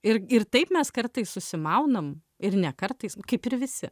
ir ir taip mes kartais susimaunam ir ne kartais kaip ir visi